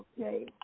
Okay